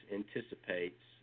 anticipates